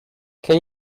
can